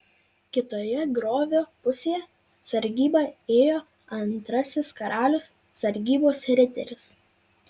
kitoje griovio pusėje sargybą ėjo antrasis karaliaus sargybos riteris